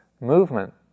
movement